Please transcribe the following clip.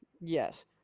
yes